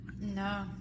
No